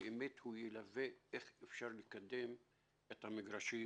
שבאמת הוא ילווה איך אפשר לקדם את המגרשים